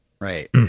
Right